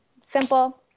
simple